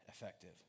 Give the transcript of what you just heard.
effective